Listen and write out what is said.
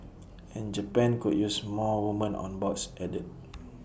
and Japan could use more woman on boards added